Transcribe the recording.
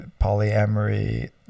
polyamory